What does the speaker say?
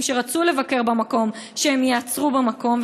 שרצו לבקר במקום שהם ייעצרו במקום.